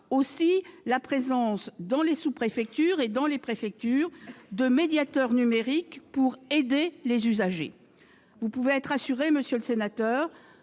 ajoute la présence, dans les sous-préfectures et les préfectures, de médiateurs numériques pour aider les usagers. Mais bien sûr ... Monsieur le sénateur,